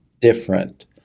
different